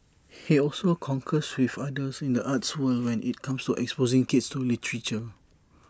he also concurs with others in the arts world when IT comes to exposing kids to literature